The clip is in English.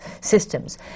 systems